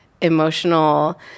emotional